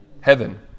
heaven